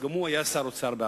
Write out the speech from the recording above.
שגם הוא היה שר האוצר בעבר,